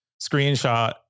screenshot